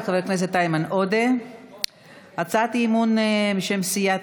ב-diaspora, בגולה, תגיעו לכאן, אנחנו נחבק אתכם.